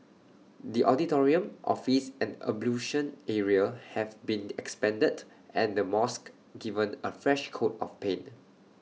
the auditorium office and ablution area have been expanded and the mosque given A fresh coat of paint